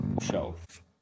shelf